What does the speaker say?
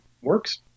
works